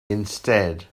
instead